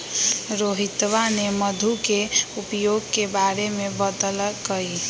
रोहितवा ने मधु के उपयोग के बारे में बतल कई